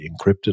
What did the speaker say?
encrypted